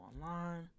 online